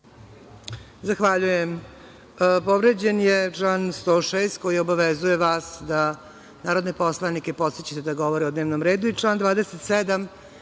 Zahvaljujem. Povređen je član 106. koji obavezuje vas da narodne poslanike podsećate da govore o dnevnom redu i član 27.